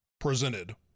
Presented